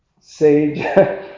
sage